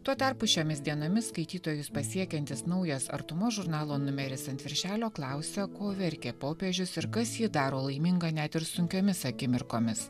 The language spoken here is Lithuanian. tuo tarpu šiomis dienomis skaitytojus pasiekiantis naujas artumos žurnalo numeris ant viršelio klausia ko verkė popiežius ir kas jį daro laimingą net ir sunkiomis akimirkomis